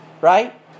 right